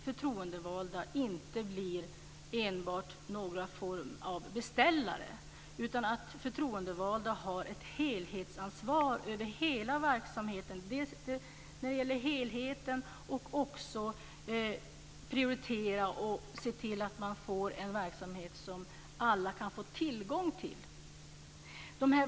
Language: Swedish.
Förtroendevalda får inte bli enbart någon form av beställare. Förtroendevalda ska ha ett helhetsansvar för verksamheten. De ska också prioritera och se till att man får en verksamhet som alla kan få tillgång till.